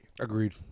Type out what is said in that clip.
Agreed